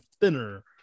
thinner